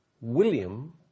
William